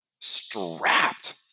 strapped